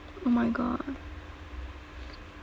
oh my god